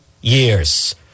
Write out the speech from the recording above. years